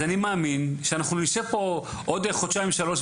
אז אני מאמין שאנחנו נשב פה עוד חודשיים שלושה.